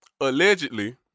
Allegedly